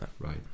right